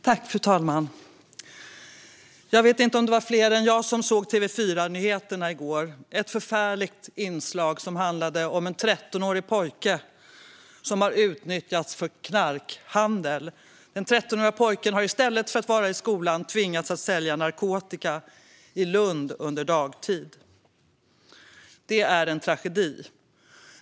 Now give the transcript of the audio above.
Fru talman! Jag vet inte om det var fler än jag som såg TV4-nyheterna i går och det förfärliga inslaget om en 13-årig pojke som har utnyttjats för knarkhandel. I stället för att vara i skolan har han tvingats sälja narkotika i Lund under dagtid. Det är en tragedi.